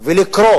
ולקרוא